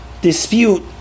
dispute